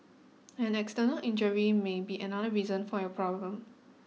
an external injury may be another reason for your problem